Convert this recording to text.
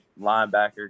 linebacker